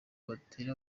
batere